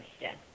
Yes